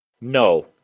No